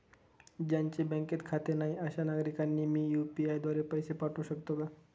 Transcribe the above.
ज्यांचे बँकेत खाते नाही अशा नागरीकांना मी यू.पी.आय द्वारे पैसे पाठवू शकतो का?